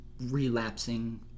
relapsing